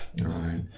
right